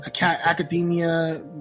Academia